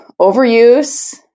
overuse